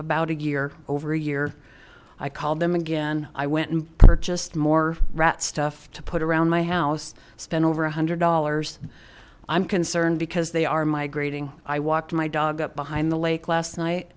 about a year over a year i called them again i went and purchased more rat stuff to put around my house spent over one hundred dollars i'm concerned because they are migrating i walked my dog up behind the lake last night